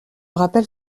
rappelle